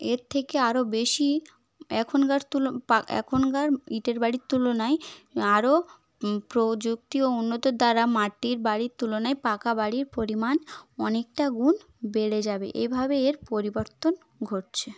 এর থেকে আরও বেশি এখনকার এখনকার ইটের বাড়ির তুলনায় আরও প্রযুক্তি ও উন্নতর দ্বারা মাটির বাড়ির তুলনায় পাকা বাড়ির পরিমাণ অনেকটা গুণ বেড়ে যাবে এভাবে এর পরিবর্তন ঘটছে